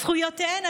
זכויותיהן,